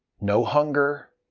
no hunger.